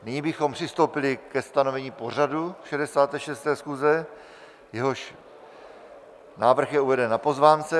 Nyní bychom přistoupili ke stanovení pořadu 66. schůze, jehož návrh je uveden na pozvánce.